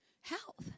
health